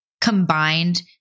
combined